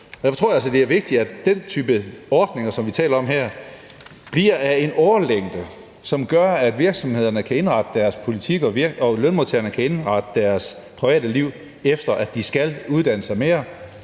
det er vigtigt, at den type ordninger, som vi taler om her, bliver af en årlængde, som gør, at virksomhederne kan indrette deres politik og lønmodtagerne kan indrette deres private liv efter, at de skal uddanne sig mere.